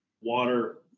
water